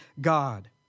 God